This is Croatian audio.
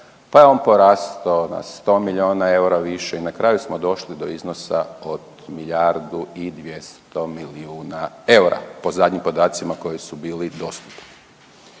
pa je on porastao na 100 miliona EUR-a više i na kraju smo došli do iznosa od milijardu i 200 milijuna EUR-a po zadnjim podacima koji su bili dostupni.